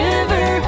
River